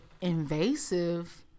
invasive